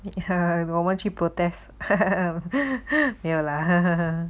我们去 protest lah !huh!